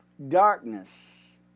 darkness